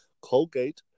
Colgate